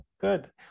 Good